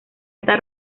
está